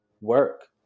work